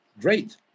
Great